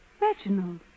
Reginald